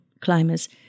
climbers